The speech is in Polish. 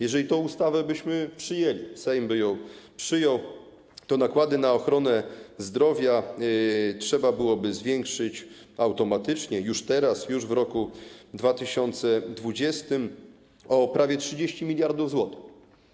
Jeżeli tę ustawę byśmy przyjęli, Sejm by ją przyjął, to nakłady na ochronę zdrowia trzeba byłoby zwiększyć automatycznie już teraz, już w roku 2020, o prawie 30 mld zł.